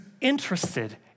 interested